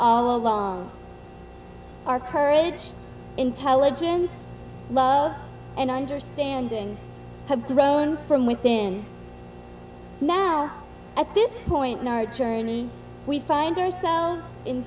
all along our courage intelligence love and understanding have grown from within now at this point in our journey we find ourselves in